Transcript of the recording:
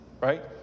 right